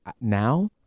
Now